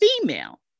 female